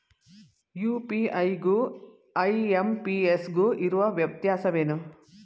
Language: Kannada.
ಯು.ಪಿ.ಐ ಗು ಐ.ಎಂ.ಪಿ.ಎಸ್ ಗು ಇರುವ ವ್ಯತ್ಯಾಸವೇನು?